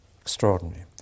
extraordinary